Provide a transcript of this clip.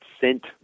sent